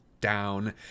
down